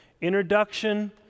Introduction